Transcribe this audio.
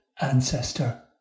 ancestor